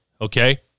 Okay